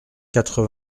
quatre